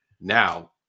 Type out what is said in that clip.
now